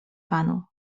panu